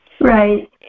Right